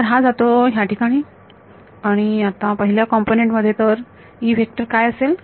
तर हा जातो याठिकाणी आता पहिल्या कॉम्पोनन्ट मध्ये तर E व्हेक्टर काय असेल